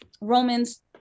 Romans